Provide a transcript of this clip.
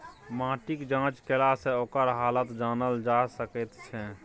माटिक जाँच केलासँ ओकर हालत जानल जा सकैत छै